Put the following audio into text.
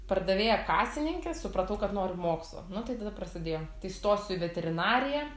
pardavėja kasininke supratau kad noriu mokslo nu tai tada prasidėjo įstosiu į veterinariją